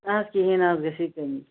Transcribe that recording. نہ حظ کہیٖنۍ حظ گژھی کمی